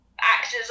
actors